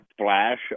splash